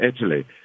Italy